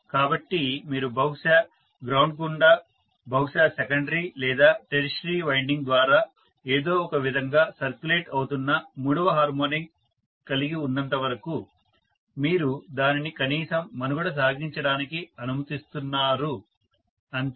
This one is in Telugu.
కాబట్టి మీరు బహుశా గ్రౌండ్ గుండా బహుశా సెకండరీ లేదా టెర్షియరీ వైండింగ్ ద్వారా ఏదో ఒకవిధంగా సర్క్యులేట్ అవుతున్న మూడవ హార్మోనిక్ కలిగి ఉన్నంతవరకు మీరు దానిని కనీసం మనుగడ సాగించడానికి అనుమతిస్తున్నారు అంతే